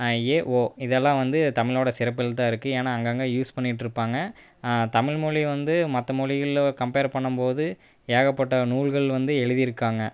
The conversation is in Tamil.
ஏ ஓ இதெல்லாம் வந்து தமிழோடய சிறப்பு எழுத்தாக இருக்குது ஏன்னால் அங்கே அங்கே யூஸ் பண்ணியிட்டிருப்பாங்க தமிழ்மொழி வந்து மற்றமொழிகளில் கம்பேர் பண்ணும்போது ஏகப்பட்ட நூல்கள் வந்து எழுதியிருக்காங்க